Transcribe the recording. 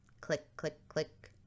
Click-click-click